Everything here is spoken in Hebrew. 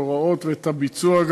את ההוראות וגם את הביצוע,